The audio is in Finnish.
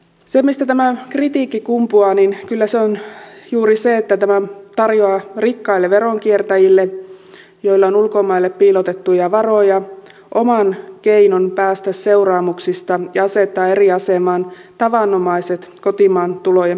se mistä tämä kritiikki kumpuaa kyllä on juuri se että tämä tarjoaa rikkaille veronkiertäjille joilla on ulkomaille piilotettuja varoja oman keinon päästä seuraamuksista ja että tämä asettaa eri asemaan tavanomaiset kotimaan tulojen piilottelijat